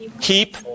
keep